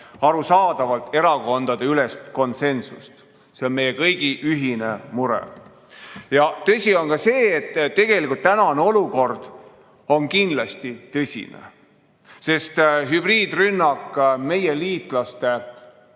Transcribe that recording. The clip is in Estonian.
arusaadavalt erakondadeülest konsensust. See on meie kõigi ühine mure. Ja tõsi on ka see, et tegelikult tänane olukord on tõsine, sest hübriidrünnak meie liitlaste